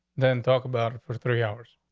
then talk about for three hours.